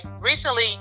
recently